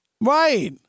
Right